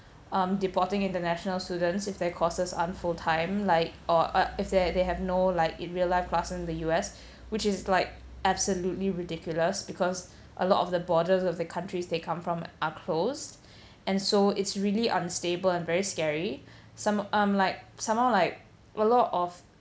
um deporting international students if their courses aren't full time like or uh if they're they have no like in real life class in the U_S which is like absolutely ridiculous because a lot of the borders of the countries they come from are closed and so it's really unstable and very scary some um like some more like a lot of